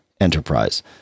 Enterprise